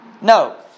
No